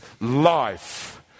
life